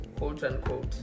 Quote-unquote